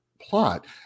plot